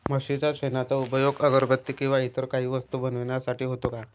म्हशीच्या शेणाचा उपयोग अगरबत्ती किंवा इतर काही वस्तू बनविण्यासाठी होतो का?